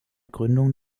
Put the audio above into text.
gründung